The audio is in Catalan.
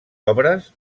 obres